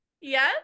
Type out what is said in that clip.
yes